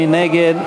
מי נגד?